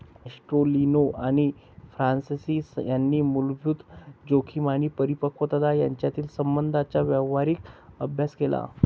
ॲस्टेलिनो आणि फ्रान्सिस यांनी मूलभूत जोखीम आणि परिपक्वता यांच्यातील संबंधांचा व्यावहारिक अभ्यास केला